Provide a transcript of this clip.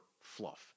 fluff